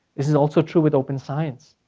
this is also true with open science,